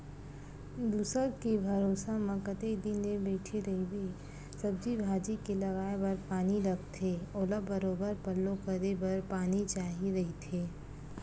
दूसर के भरोसा म कतेक दिन ले बइठे रहिबे, सब्जी भाजी के लगाये बर पानी लगथे ओला बरोबर पल्लो करे बर पानी चाही रहिथे